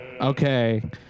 Okay